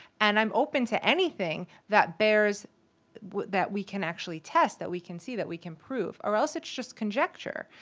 and i'm open to anything that bears that we can actually test, that we can see, that we can prove. or else it's just conjecture.